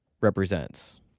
represents